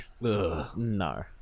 No